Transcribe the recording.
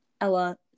Ella